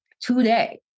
today